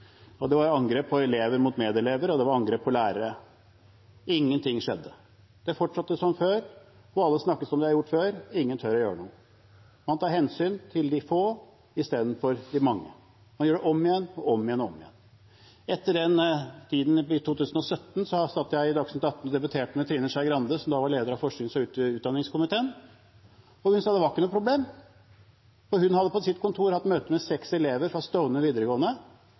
dette. Det var angrep på elever fra medelever, og det var angrep på lærere. Ingenting skjedde. Det fortsatte som før, og alle snakket som de hadde gjort før. Ingen tør å gjøre noe. Man tar hensyn til de få istedenfor de mange – man gjør det om og om igjen. Etter det, i 2017, satt jeg i Dagsnytt 18 og debatterte med Trine Skei Grande, som da var leder av forsknings- og utdanningskomiteen. Hun sa det ikke var noe problem. Hun hadde hatt møte med seks elever fra Stovner videregående